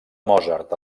mozart